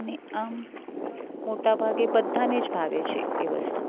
અને આ મોટાભાગે બધાં નેજ ભાવે છે એ વસ્તુ